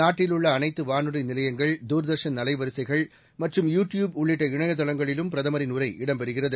நாட்டில் உள்ள அனைத்து வானொலி நிலையங்கள் தூர்தர்ஷன் அலைவரிசைகள் மற்றும் யூ டியூப் உள்ளிட்ட இணையதளங்களிலும் பிரதமரின் உரை இடம் பெறுகிறது